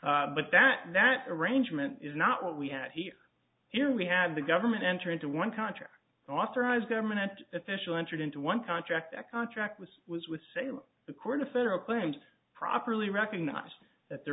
express but that that arrangement is not what we have here here we have the government enter into one contract authorized government official entered into one contract a contract with was with same the court of federal claims properly recognised that the